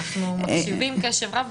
אנו מקשיבים קשב רב.